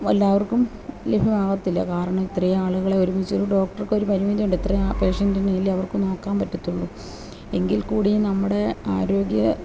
എല്ലാവർക്കും ലഭ്യമാവത്തില്ല കാരണം ഇത്രയും ആളുകളെ ഒരുമിച്ച് ഒരു ഡോക്ടർക്ക് ഒരു പരിമിതിയുണ്ട് ഇത്രയും പേഷ്യൻ്റിനെയല്ലേ അവർക്ക് നോക്കാൻ പറ്റത്തുള്ളൂ എങ്കിൽകൂടിയും നമ്മുടെ ആരോഗ്യ